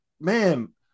man